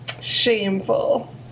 Shameful